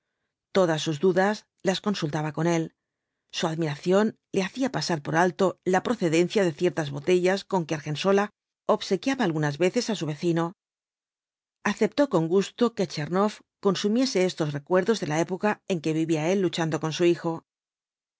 todas sus dudas las consultaba con él su admiración le hacía pasar por alto la procedencia de ciertas botellas con que argensola obsequiaba algunas veces á su vecino aceptó con gasto que tchernoff consumiese estos recuerdos de la época en que vivía él luchando con su hijo